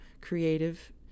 creative